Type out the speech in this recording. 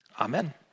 Amen